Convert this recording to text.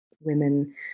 women